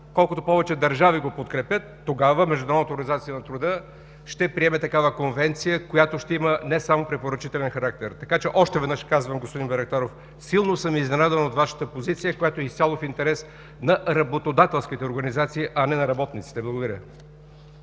колкото повече държави го подкрепят, тогава Международната организация на труда ще приеме такава конвенция, която ще има не само препоръчителен характер. Така че още веднъж казвам, господин Байрактаров: силно съм изненадан от Вашата позиция, която е изцяло в интерес на работодателските организации, а не на работниците. Благодаря